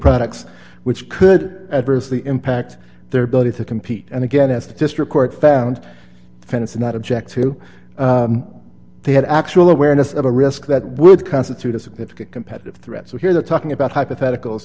products which could adversely impact their ability to compete and again as to just report found fence not object to they had actual awareness of a risk that would constitute a significant competitive threat so here they're talking about hypothetical